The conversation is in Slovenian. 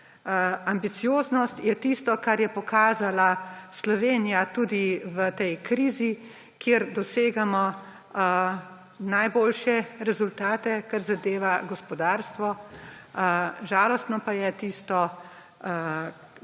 Ambicioznost je tisto, kar je pokazala Slovenija tudi v tej krizi, kjer dosegamo najboljše rezultate, kar zadeva gospodarstvo, žalostno pa je tisto,